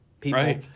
people